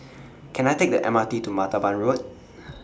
Can I Take The M R T to Martaban Road